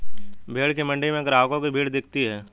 भेंड़ की मण्डी में ग्राहकों की भीड़ दिखती है